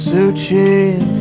Searching